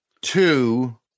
two